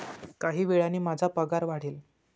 काही वेळाने माझा पगार वाढेल